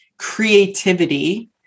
Creativity